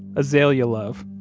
azalea love,